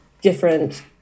different